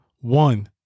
One